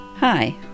Hi